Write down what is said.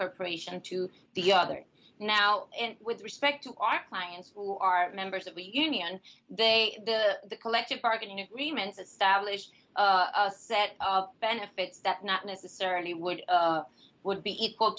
corporation to the other now with respect to our clients who are members of the union they the collective bargaining agreements established a set of benefits that not necessarily would would be equal